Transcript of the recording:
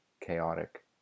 chaotic